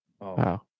Wow